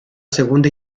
segunda